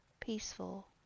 peaceful